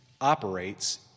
operates